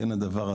כאין הדבר הזה.